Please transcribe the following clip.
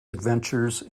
adventures